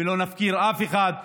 לא נפקיר אף אחד.